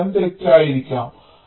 അതിനാൽ ഉത്തരം തെറ്റായിരിക്കാം